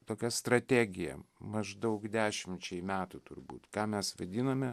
tokia strategija maždaug dešimčiai metų turbūt ką mes vadiname